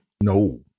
No